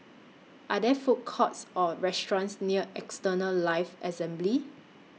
Are There Food Courts Or restaurants near Eternal Life Assembly